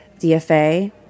DFA